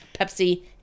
Pepsi